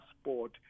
sport